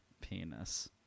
penis